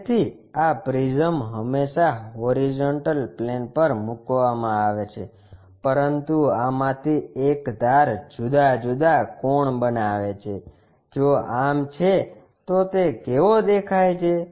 તેથી આ પ્રિઝમ હંમેશાં હોરીઝોન્ટલ પ્લેન પર મૂકવામાં આવે છે પરંતુ આમાંથી એક ધાર જુદા જુદા કોણ બનાવે છે જો આમ છે તો તે કેવો દેખાય છે